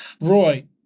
Roy